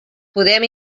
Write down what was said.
podem